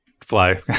Fly